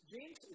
James